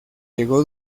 llegó